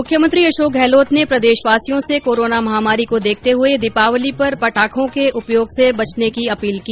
मुख्यमंत्री अशोक गहलोत ने प्रदेशवासियों से कोरोना महामारी को देखते हुए दीपावली पर पटाखों के प्रयोग से बचने की अपील की